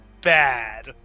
bad